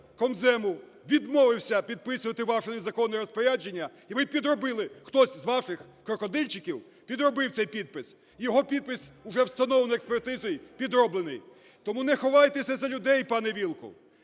Держкомзему відмовився підписувати ваші незаконні розпорядження, і ви підробили, хтось з ваших крокодильчиків підробив цей підпис. Його підпис, вже встановлено експертизою, підроблений. Тому не ховайтеся за людей, пане Вілкул,